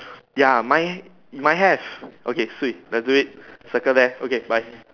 ya mine mine have okay sweet lets do it circle there okay bye